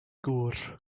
gŵr